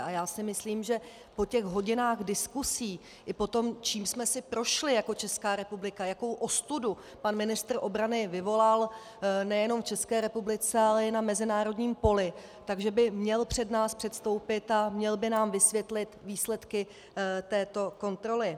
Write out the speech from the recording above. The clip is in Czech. A já si myslím, že po těch hodinách diskusí i po tom, čím jsme si prošli jako Česká republika, jakou ostudu pan ministr obrany vyvolal nejenom v České republice, ale i na mezinárodním poli, by měl před nás předstoupit a měl by nám vysvětlit výsledky této kontroly.